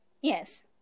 yes